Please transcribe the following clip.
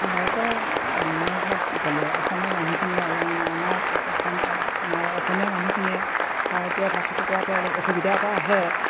ভাৰতৰ অন্য ঠাইত গ'লে অসমৰ মানুহখিনিয়ে অলপমান অনা অসম আমাৰ অসমীয়া মানুহখিনিয়ে ভাৰতীয় ভাষাটো কোৱাটো অলপ অসুবিধা এটা আহে